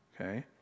Okay